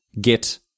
get